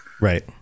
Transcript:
Right